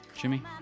Jimmy